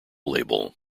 label